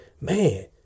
man